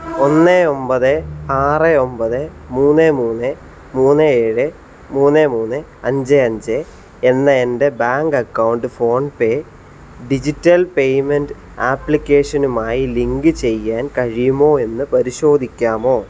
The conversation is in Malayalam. ഒന്ന് ഒമ്പത് ആറ് ഒമ്പത് മൂന്ന് മൂന്ന് മൂന്ന് ഏഴ് മൂന്ന് മൂന്ന് അഞ്ച് അഞ്ച് എന്ന എൻ്റെ bank account PhonePe digital payment ആപ്ലിക്കേഷനുമായി ലിങ്ക് ചെയ്യാൻ കഴിയുമോ എന്ന് പരിശോധിക്കാമോ